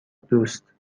دوست